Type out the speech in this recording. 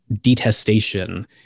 detestation